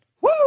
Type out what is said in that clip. Woo